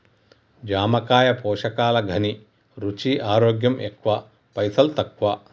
జామకాయ పోషకాల ఘనీ, రుచి, ఆరోగ్యం ఎక్కువ పైసల్ తక్కువ